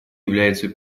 является